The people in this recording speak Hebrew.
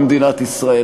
במדינת ישראל,